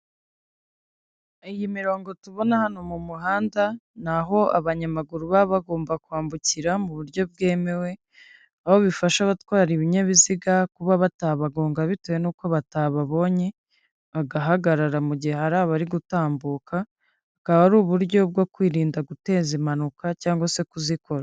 Iyi mirongo tubona hano mu muhanda ni aho abanyamaguru baba bagomba kwambukira mu buryo bwemewe, aho bifasha abatwara ibinyabiziga kuba batabagonga bitewe n'uko batababonye agahagarara mu gihe hari abari gutambuka, bukaba ari uburyo bwo kwirinda guteza impanuka cyangwag se kuzikora.